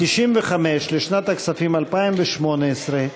95 לשנת הכספים 2018,